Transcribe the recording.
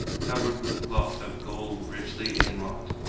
covered with cloth of gold richly inwrought,